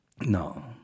no